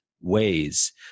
ways